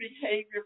behavior